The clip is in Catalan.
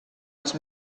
els